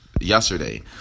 yesterday